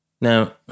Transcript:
Now